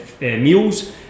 meals